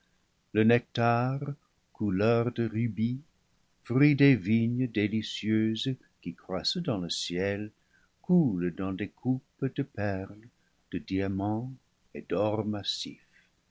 le nec tar couleur de rubis fruit des vignes délicieuses qui croissent dans le ciel coule dans des coupes de perles de diamants et d'or massif